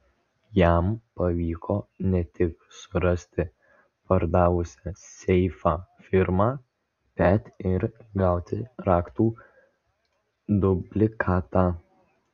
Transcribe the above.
jam pavyko ne tik surasti pardavusią seifą firmą bet ir gauti raktų dublikatą